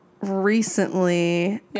recently